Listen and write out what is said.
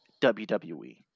WWE